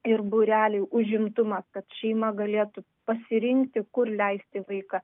ir būrelių užimtumas kad šeima galėtų pasirinkti kur leisti vaiką